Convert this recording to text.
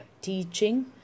teaching